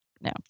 No